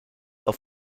auf